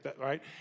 right